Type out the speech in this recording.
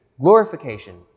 glorification